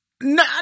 No